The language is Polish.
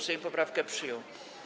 Sejm poprawkę przyjął.